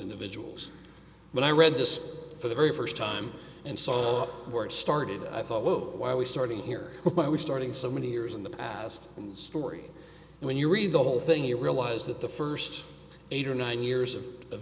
individuals but i read this for the very first time and saw where it started i thought well why are we starting here why we're starting so many years in the past story when you read the whole thing you realise that the first eight or nine years of of